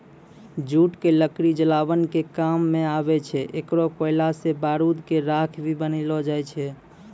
jute के लकड़ी जलावन के काम मॅ आवै छै, एकरो कोयला सॅ बारूद के राख भी बनैलो जाय छै